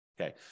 Okay